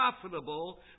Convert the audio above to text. profitable